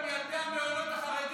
אתם לקחתם אוכל מילדי המעונות החרדים.